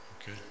Okay